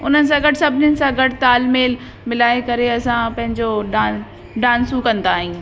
उन्हनि सां गॾु सभिनी सां गॾु ताल मेल मिलाए करे असां पंहिंजो डांस डांसूं कंदा आहियूं